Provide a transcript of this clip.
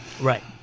Right